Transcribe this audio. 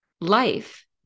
Life